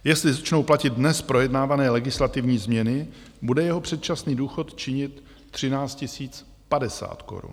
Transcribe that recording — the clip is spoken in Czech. Jestli začnou platit dnes projednávané legislativní změny, bude jeho předčasný důchod činit 13 050 korun.